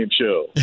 show